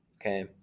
okay